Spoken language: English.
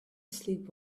sleep